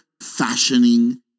fashioning